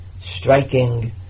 striking